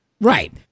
Right